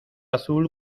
azul